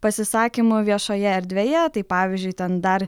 pasisakymų viešoje erdvėje tai pavyzdžiui ten dar